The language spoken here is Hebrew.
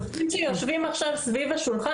השוטרים שיושבים עכשיו סביב השולחן,